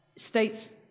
states